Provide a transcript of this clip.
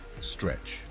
Stretch